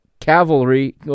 Cavalry